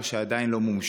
או כשהן עדיין לא מומשו.